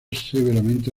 severamente